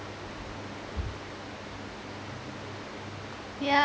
yeah